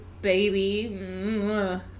baby